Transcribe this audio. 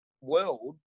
world